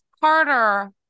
Carter